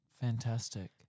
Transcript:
Fantastic